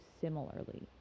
similarly